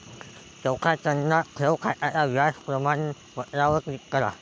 चौथ्या चरणात, ठेव खात्याच्या व्याज प्रमाणपत्रावर क्लिक करा